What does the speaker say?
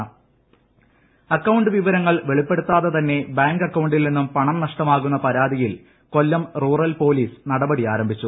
bank account account വിവരങ്ങൾ വെളിപ്പെടുത്താതെ തന്നെ ബാങ്ക് അക്കൌണ്ടിൽ നിന്നും പണം നഷ്ടമാകുന്ന പരാതിയിൽ കൊല്ലം റൂറൽ പോലീസ് നടപടി ആരംഭിച്ചു